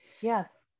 Yes